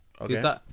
Okay